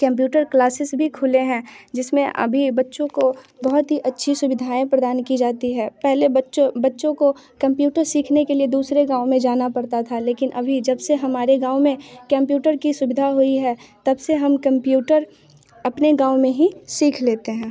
computer classes भी खुले हैं जिसमें अभी बच्चों को बहुत अच्छी सुविधाएं प्रदान की जाती है पहले बच्चों बच्चों को कंप्यूटर सीखने के लिए दूसरे गाँव में जाना पड़ता था लेकिन अभी जब से हमारे गाँव में कंप्यूटर की सुविधा हुई है तब से हम कंप्यूटर अपने गाँव में ही सीख लेते हैं